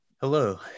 Hello